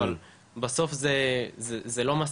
ובסוף זה לא מספיק.